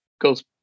goes